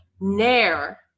Nair